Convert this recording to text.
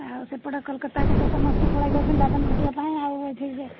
ଆଉ ସେପଟେ କଲିକତାକୁ ତ ସମସ୍ତେ ପଳେଇ ଯାଉଛନ୍ତି ଦାଦନ ଖଟିବା ପାଇଁ ଆଉ ଏଠେଇ